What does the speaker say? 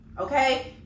okay